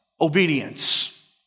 Obedience